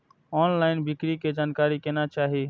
Online बिक्री के जानकारी केना चाही?